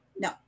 No